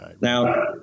Now